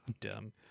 dumb